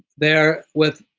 they're with,